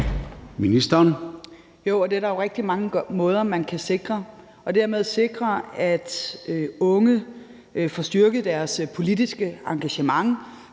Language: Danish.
Løhde): Jo, og der er jo rigtig mange måder, man kan sikre det på og dermed også sikre, at unge får styrket deres politiske engagement